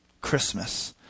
Christmas